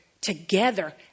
together